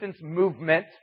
movement